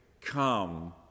come